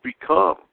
become